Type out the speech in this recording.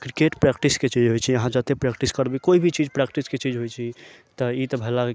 cricket प्रैक्टिसके चीज होइ छै अहाँ जते प्रैक्टिस करबै कोइ भी चीज प्रैक्टिसके चीज होइ छै तऽ ई तऽ भला खेल छै